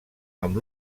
amb